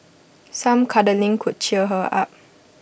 some cuddling could cheer her up